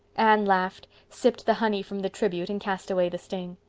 anne laughed, sipped the honey from the tribute, and cast away the sting.